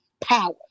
power